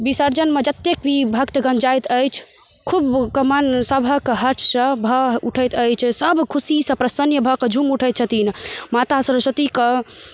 बिसर्जनमे जतेक भी भक्तगण जाइत अछि खूब कमाल सबहक हाथसँ भाव ऊठैत अछि सब खुशीसँ प्रसन्न भऽ कऽ झुम ऊठैत छथिन माता सरस्वती कऽ